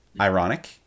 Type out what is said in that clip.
Ironic